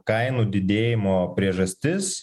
kainų didėjimo priežastis